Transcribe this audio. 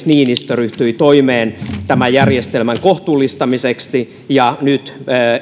niinistö ryhtyi toimeen tämän järjestelmän kohtuullistamiseksi ja nyt